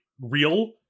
real